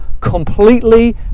completely